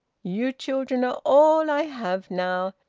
you children are all i have now.